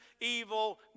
evil